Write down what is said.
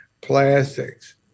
plastics